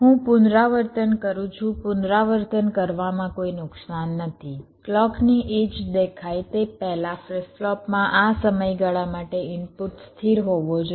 હું પુનરાવર્તન કરું છું પુનરાવર્તન કરવામાં કોઈ નુકસાન નથી ક્લૉકની એડ્જ દેખાય તે પહેલાં ફ્લિપ ફ્લોપમાં આ સમયગાળા માટે ઇનપુટ સ્થિર હોવો જોઈએ